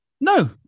No